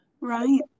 Right